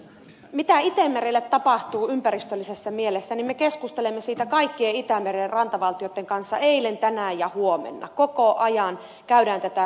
mitä itämerelle tapahtuu ympäristöllisessä mielessä me keskustelemme siitä kaikkien itämeren rantavaltioitten kanssa eilen tänään ja huomenna koko ajan käydään tätä keskustelua